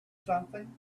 something